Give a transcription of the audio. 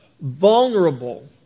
vulnerable